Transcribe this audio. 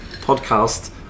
podcast